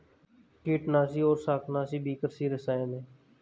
कीटनाशक और शाकनाशी भी कृषि रसायन हैं